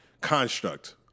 construct